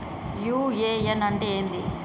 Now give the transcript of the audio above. UAN అంటే ఏంది?